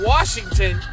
Washington